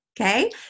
okay